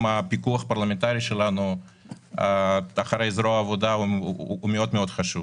הפיקוח הפרלמנטרי שלנו אחרי זרוע עבודה הוא מאוד מאוד חשוב.